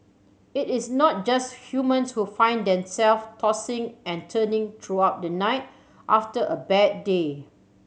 it is not just humans who find themself tossing and turning throughout the night after a bad day